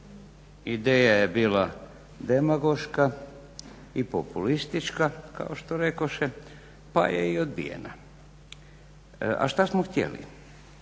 ideja je bila demagoška i populistička kao što rekoše pa je i odbijena. A šta smo htjeli,